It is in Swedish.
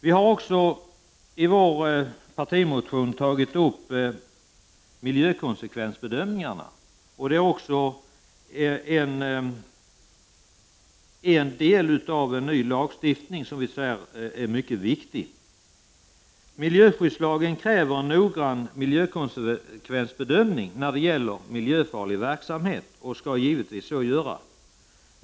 Vi har i vår partimotion tagit upp miljö konsekvensbedömningarna. Det är en del av den nya lagstiftningen som vi anser mycket viktig. Miljöskyddslagen kräver noggranna miljökonsekvensbedömningar när det gäller miljöfarlig verksamhet, och skall givetvis också göra detta.